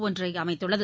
ஒன்றை அமைத்துள்ளது